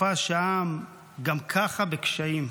בתקופה שהעם גם ככה בקשיים,